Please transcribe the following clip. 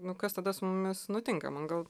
nu kas tada su mumis nutinka man gal